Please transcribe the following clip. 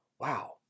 Wow